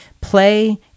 Play